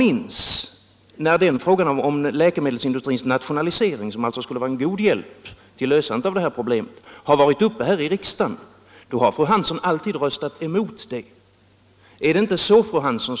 Men när frågan om läkemedelsindustrins socialisering — som alltså skulle vara en god hjälp för att lösa dessa problem — har varit uppe i riksdagen har fru Hansson enligt vad jag minns alltid röstat emot vårt förslag.